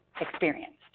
experienced